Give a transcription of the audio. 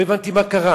לא הבנתי מה קרה.